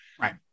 Right